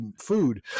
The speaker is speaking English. food